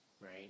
right